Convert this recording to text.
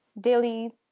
daily